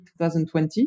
2020